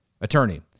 attorney